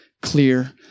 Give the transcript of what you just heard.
clear